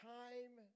time